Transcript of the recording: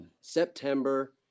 September